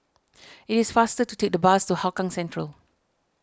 it is faster to take the bus to Hougang Central